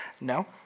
no